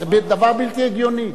זה דבר בלתי הגיוני.